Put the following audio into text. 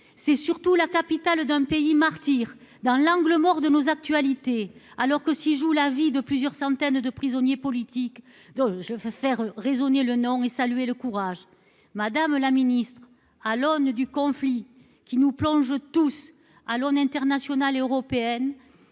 c'est surtout la capitale d'un pays martyr, dans l'angle mort de nos actualités, alors que s'y joue la vie de plusieurs centaines de prisonniers politiques, dont je veux faire résonner le nom et saluer le courage. Madame la ministre, à l'aune d'un conflit qui nous concerne tous, à l'échelle internationale, comment